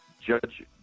judge